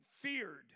feared